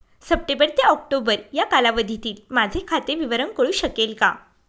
September ते October या कालावधीतील माझे खाते विवरण कळू शकेल का?